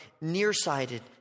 nearsighted